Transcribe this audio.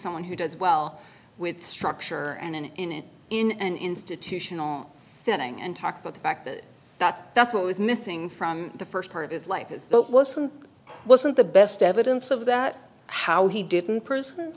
someone who does well with structure and an in it in an institutional setting and talks about the fact that that's what was missing from the first part of his life is that wasn't wasn't the best evidence of that how he didn't prison